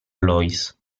lois